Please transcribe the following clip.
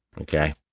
Okay